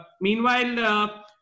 Meanwhile